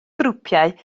grwpiau